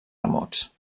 remots